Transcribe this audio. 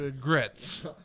Grits